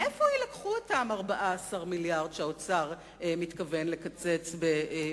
מאיפה יילקחו אותם 14 מיליארד שהאוצר מתכוון לקצץ בתקציב?